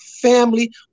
family